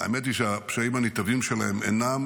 האמת היא שהפשעים הנתעבים שלהם אינם